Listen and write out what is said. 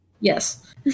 Yes